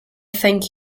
thank